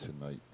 tonight